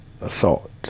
assault